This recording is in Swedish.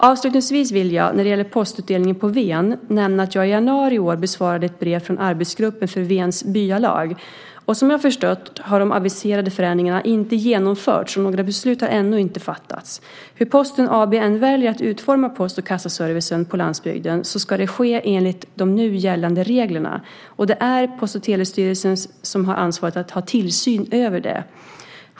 Avslutningsvis vill jag när det gäller postutdelningen på Ven nämna att jag i januari i år besvarade ett brev från Arbetsgruppen för Vens byalag. Som jag förstått har de aviserade förändringarna inte genomförts, och några beslut har ännu inte fattats. Hur Posten AB än väljer att utforma post och kassaservicen på landsbygden så ska det ske enligt nu gällande regler. Det är Post och telestyrelsen som har ansvaret för att ha tillsyn över det.